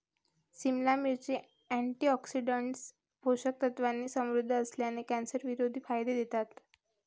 सिमला मिरची, अँटीऑक्सिडंट्स, पोषक तत्वांनी समृद्ध असल्याने, कॅन्सरविरोधी फायदे देतात